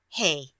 Hey